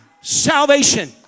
salvation